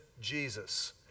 Jesus